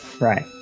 Right